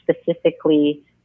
specifically